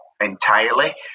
entirely